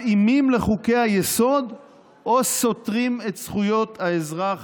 מתאימים לחוק-היסוד או סותרים את זכויות האזרח